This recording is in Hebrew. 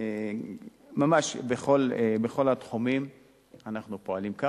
ממש בכל התחומים אנחנו פועלים כך,